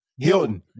Hilton